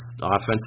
offensive